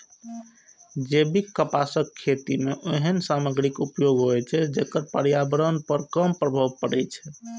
जैविक कपासक खेती मे ओहन सामग्रीक उपयोग होइ छै, जेकर पर्यावरण पर कम प्रभाव पड़ै छै